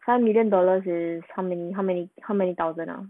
five million dollars is how many how many thousand ah